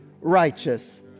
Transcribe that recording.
righteous